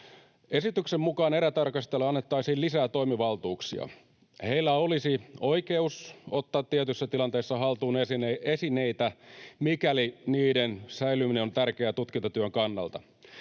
Esityksen mukaan erätarkastajille annettaisiin lisää toimivaltuuksia. Heillä olisi oikeus ottaa tietyssä tilanteessa haltuun esineitä, mikäli niiden säilyminen on tärkeää tutkintatyön kannalta.